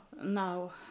now